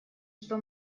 что